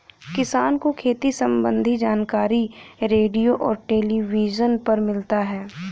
किसान को खेती सम्बन्धी जानकारी रेडियो और टेलीविज़न पर मिलता है